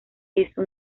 hizo